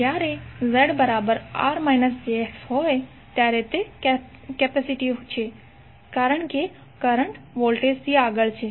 જ્યારે ZR jX છે ત્યારે તે કેપેસિટીવ છે કારણ કે કરંટ વોલ્ટેજ થી આગળ છે